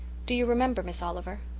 do you remember, miss oliver?